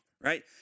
right